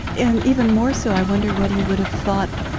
and even more so, i wonder what he would have thought,